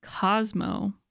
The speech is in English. Cosmo